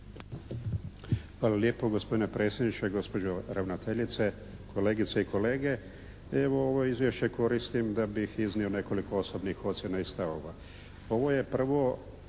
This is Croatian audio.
Hvala lijepo. Gospodine predsjedniče, gospođo ravnateljice, kolegice i kolege. Evo ovo izvješće koristim da bih iznio nekoliko osobnih ocjena i stavova. Ovo je prvo